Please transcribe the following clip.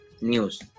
News